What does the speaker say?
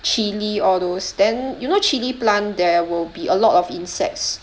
chili all those then you know chili plant there will be a lot of insects